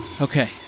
Okay